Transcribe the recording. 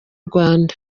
rwanda